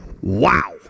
Wow